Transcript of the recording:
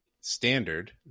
standard